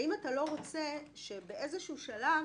האם אתה לא רוצה שבאיזשהו שלב,